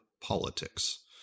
politics